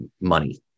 money